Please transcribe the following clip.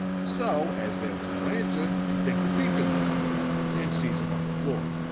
so as there was no answer, she takes a peep in there and sees him on the floor.